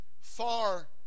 far